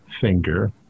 finger